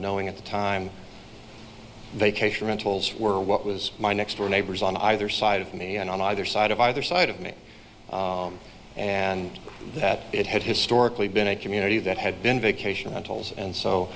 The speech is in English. knowing at the time vacation rentals were what was my next door neighbors on either side of me and on either side of either side of me and that it had historically been a community that had been vacation rentals and so